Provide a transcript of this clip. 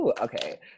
okay